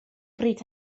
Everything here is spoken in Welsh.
bryd